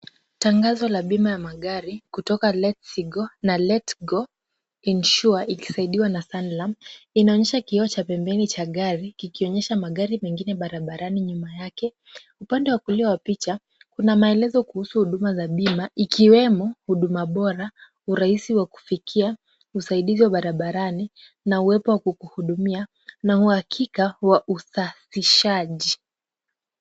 Tangazo ya bima la magari, kutoka Letshego na LetsGo Insure ikisaidiwa na Sanlam, inaonyesha kiio cha pembeni cha gari, kikionyesha magari mengine barabarani nyuma yake. Upande wa kulia wa picha, kuna maelezo kuhusu huduma za bima ikiwemo huduma bora, urahisi wa kufikia, usaidizi wa barabarani, na uwepo na kuhudumia na uhakika wa usafishaji.